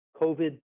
COVID